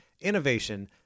innovation